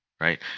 Right